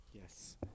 Yes